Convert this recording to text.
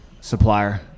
supplier